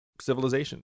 civilization